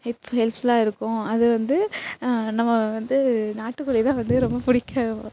hath ஹெல்ஃபுலாக இருக்கும் அது வந்து நம்ம வந்து நாட்டுகோழியை தான் வந்து ரொம்ப பிடிக்கும்